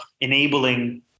enabling